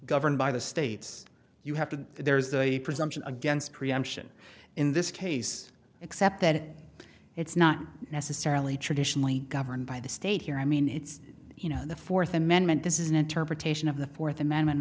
governed by the states you have to there's a presumption against preemption in this case except that it's not necessarily traditionally governed by the state here i mean it's you know the fourth amendment this is an interpretation of the fourth amendment